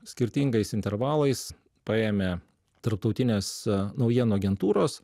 skirtingais intervalais paėmė tarptautinės naujienų agentūros